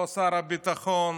לא שר הביטחון,